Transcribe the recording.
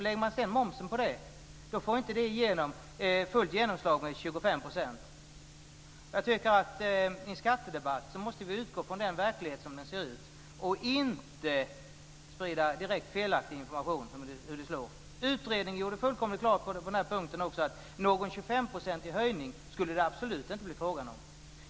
Lägger man sedan momsen på det så får inte det fullt genomslag med 25 %. Jag tycker att man i en skattedebatt måste utgå från verkligheten som den ser ut, och inte sprida direkt felaktig information om hur detta slår. Utredningen gjorde fullkomligt klart på den här punkten att någon 25-procentig höjning skulle det absolut inte bli fråga om.